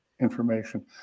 information